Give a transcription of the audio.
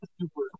super